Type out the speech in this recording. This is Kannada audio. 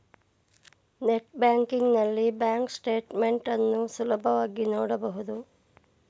ನೆಟ್ ಬ್ಯಾಂಕಿಂಗ್ ನಲ್ಲಿ ಬ್ಯಾಂಕ್ ಸ್ಟೇಟ್ ಮೆಂಟ್ ಅನ್ನು ಸುಲಭವಾಗಿ ನೋಡಬಹುದು